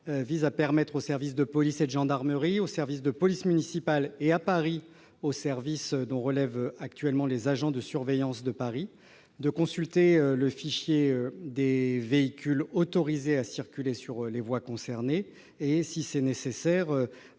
vise à permettre aux services de police et de gendarmerie, aux services de police municipale et, à Paris, au service dont relèvent actuellement les agents de surveillance de Paris de consulter le fichier des véhicules autorisés à circuler sur les voies concernées et, si c'est nécessaire,